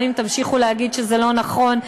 גם אם תמשיכו להגיד שזה לא נכון,